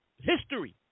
history